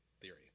theory